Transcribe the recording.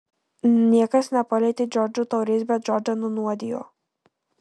niekas nepalietė džordžo taurės bet džordžą nunuodijo